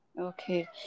Okay